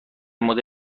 مدل